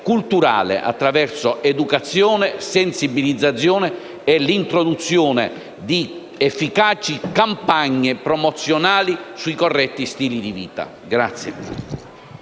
culturale attraverso l'educazione, la sensibilizzazione e l'introduzione di efficaci campagne promozionali sui corretti stili di vita.